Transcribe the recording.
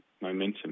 momentum